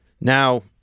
Now